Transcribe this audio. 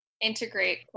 integrate